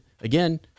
again